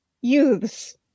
youths